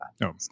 No